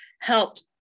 helped